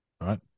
right